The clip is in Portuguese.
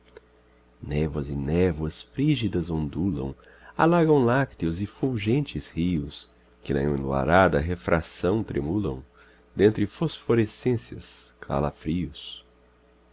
névoas e névoas frígidas ondulam alagam lácteos e fulgentes rios que na enluarada refração tremulam dentre fosforescências calafrios